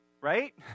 Right